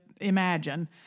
imagine